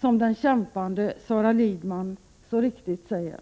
som den kämpande Sara Lidman så riktigt säger.